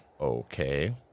Okay